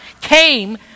came